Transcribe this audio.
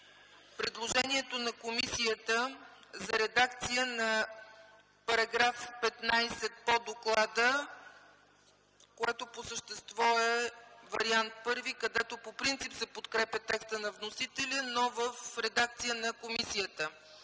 предложението на комисията за редакция на § 15 по доклада, което по същество е Вариант І, където по принцип се подкрепя текстът на вносителя, но в редакция на комисията.